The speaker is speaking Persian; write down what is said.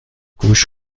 گوش